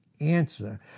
answer